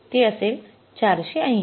तो असेल ४८०